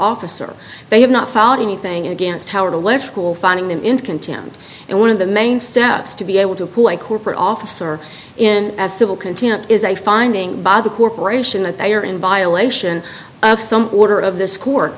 officer they have not found anything against howard alleged cool finding them in contempt and one of the main steps to be able to appoint corporate officer in as civil contempt is a finding by the corporation that they are in violation of some order of this court